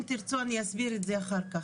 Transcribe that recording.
אם תרצו אני אסביר את זה אחר כך.